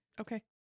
Okay